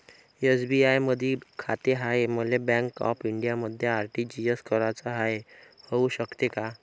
SBI मधी खाते हाय, मले बँक ऑफ इंडियामध्ये आर.टी.जी.एस कराच हाय, होऊ शकते का?